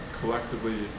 collectively